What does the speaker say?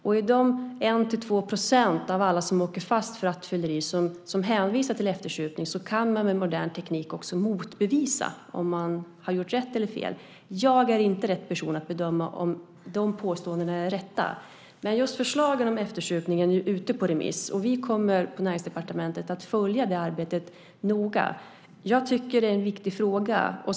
För de 1-2 % av alla som åker fast för rattfylleri som hänvisar till eftersupning kan man med modern teknik motbevisa och se om man har gjort rätt eller fel. Jag är inte rätt person att bedöma om de påståendena är rätta. Men just förslagen om eftersupning är nu ute på remiss. Vi kommer på Näringsdepartementet att följa det arbetet noga. Jag tycker att det är en viktig fråga.